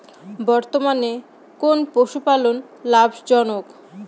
বর্তমানে কোন পশুপালন লাভজনক?